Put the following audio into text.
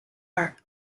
art